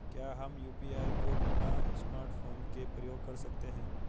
क्या हम यु.पी.आई को बिना स्मार्टफ़ोन के प्रयोग कर सकते हैं?